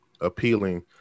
appealing